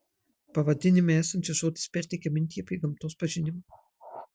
pavadinime esantis žodis perteikia mintį apie gamtos pažinimą